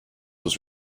was